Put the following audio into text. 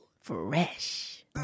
Fresh